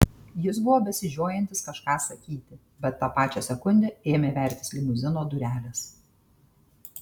jis buvo besižiojantis kažką sakyti bet tą pačią sekundę ėmė vertis limuzino durelės